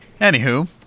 anywho